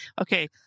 okay